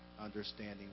understanding